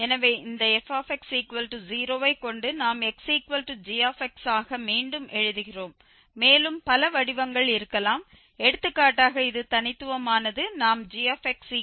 எனவே இந்த fx0 ஐக் கொண்டு நாம் xg ஆக மீண்டும் எழுதுகிறோம் மேலும் பல வடிவங்கள் இருக்கலாம் எடுத்துக்காட்டாக இது தனித்துவமானது நாம் gxx f என எடுத்துக்கொள்வோம்